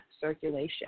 circulation